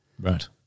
Right